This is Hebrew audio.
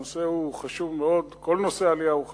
הנושא הוא חשוב מאוד, כל נושא העלייה הוא חשוב.